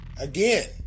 Again